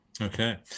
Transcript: Okay